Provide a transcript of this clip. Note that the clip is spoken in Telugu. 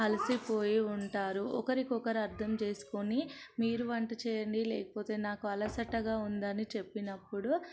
అలసిపోయి ఉంటారు ఒకరికొకరు అర్థం చేసుకుని మీరు వంట చేయండి లేకపోతే నాకు అలసటగా ఉందని చెప్పినప్పుడు